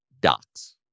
docs